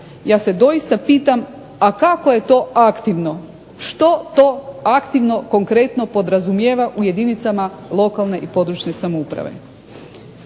Ja se doista pitam a kako je to aktivno, što to aktivno konkretno podrazumijeva u jedinicama lokalne i područne samouprave.